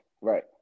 Right